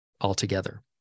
altogether